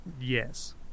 Yes